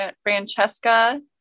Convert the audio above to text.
Francesca